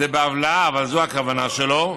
זה בהבלעה, אבל זאת הכוונה שלו.